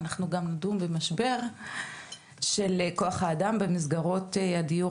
אנחנו גם נדון במשבר של כוח האדם במסגרות הדיור